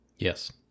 Yes